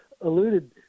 alluded